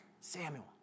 Samuel